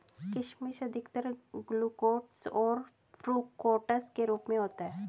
किशमिश अधिकतर ग्लूकोस और फ़्रूक्टोस के रूप में होता है